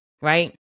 right